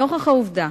נוכח העובדה